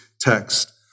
text